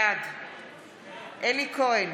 בעד אלי כהן,